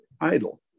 idle